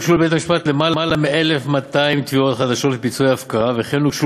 הוגשו לבית-המשפט למעלה מ־1,200 תביעות חדשות לפיצויי הפקעה וכן הוגשו